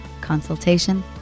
consultation